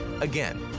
Again